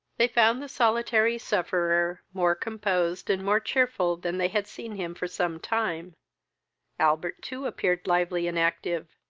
they found the solitary sufferer more composed and more cheerful than they had seen him for some time albert too appeared lively and active.